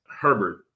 Herbert